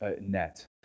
net